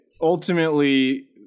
ultimately